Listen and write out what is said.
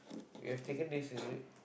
you have taken this is it